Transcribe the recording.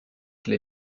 qu’il